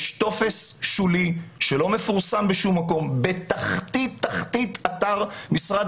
יש טופס שולי שלא מפורסם בשום מקום בתחתית תחתית אתר משרד